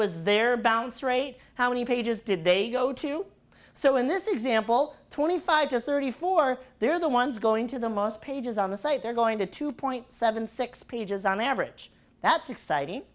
was their bounce rate how many pages did they go to so in this example twenty five to thirty four they're the ones going to the most pages on the site they're going to two point seven six pages on average that's exciting